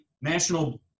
National